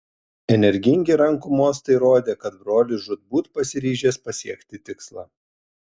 energingi rankų mostai rodė kad brolis žūtbūt pasiryžęs pasiekti tikslą